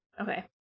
Okay